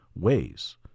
ways